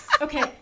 Okay